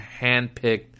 handpicked